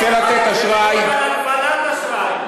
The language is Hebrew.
על הגבלת אשראי.